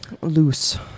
loose